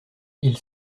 ils